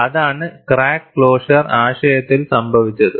അതാണ് crack closure ആശയത്തിൽ സംഭവിച്ചത്